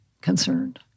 concerned